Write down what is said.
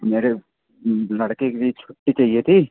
मेरे लड़के के लिए छुट्टी चाहिए थी